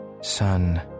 Son